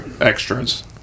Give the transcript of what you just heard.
extras